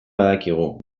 badakigu